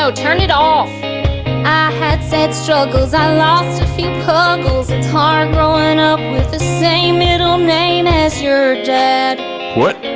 so turn it off! i had sad struggles i lost a few puggles it's hard growin' up with the same middle name as your dad what?